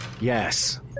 Yes